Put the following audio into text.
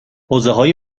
حوزههای